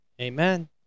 Amen